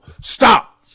Stop